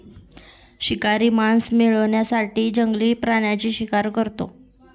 शिकारी मांस मिळवण्यासाठी जंगली प्राण्यांची शिकार करतो